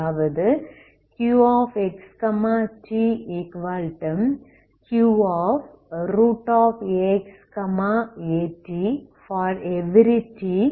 அதாவது Qx tQax at for ∀t0 a0